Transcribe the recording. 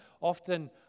often